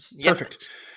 Perfect